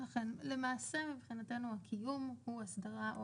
אכן, למעשה מבחינתנו הקיום הוא הסדרה או